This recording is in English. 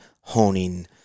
honing